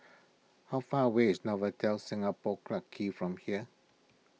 how far away is Novotel Singapore Clarke Quay from here